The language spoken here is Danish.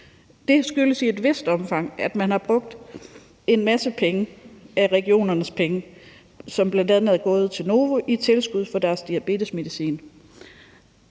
Det skyldes i et vist omfang, at man har brugt en masse af regionernes penge, som bl.a. er gået til Novo Nordisk i tilskud for deres diabetesmedicin.